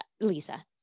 Lisa